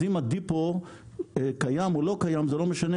אז אם הדיפו קיים או לא קיים זה לא משנה